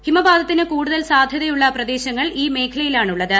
ഹിമപാതത്തിന് കൂടുതൽ സാധ്യതയുള്ള പ്രദേശങ്ങൾ ഈ മേഖലയിലാണുള്ളത്